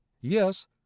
Yes